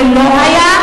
זה לא היה,